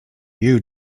you